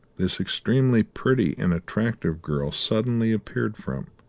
this extremely pretty and attractive girl, suddenly appeared from?